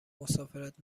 مسافرت